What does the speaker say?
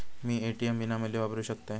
मी ATM विनामूल्य वापरू शकतय?